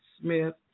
Smith